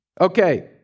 Okay